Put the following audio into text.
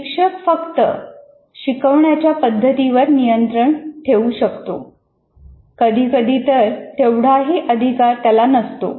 शिक्षक फक्त शिकवण्याच्या पद्धती वर नियंत्रण ठेवू शकतो कधी कधी तर तेवढाही अधिकार त्याला नसतो